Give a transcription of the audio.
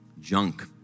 junk